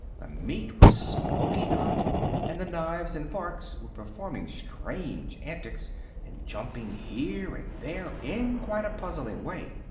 the meat was smoking hot and the knives and forks were performing strange antics and jumping here and there in quite a puzzling way.